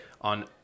on